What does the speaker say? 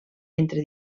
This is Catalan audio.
entre